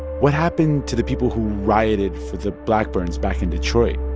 what happened to the people who rioted for the blackburns back in detroit?